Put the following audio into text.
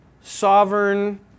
sovereign